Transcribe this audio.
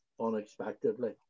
unexpectedly